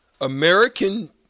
American